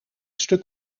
stuk